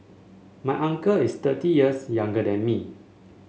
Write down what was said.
my uncle is thirty years younger than me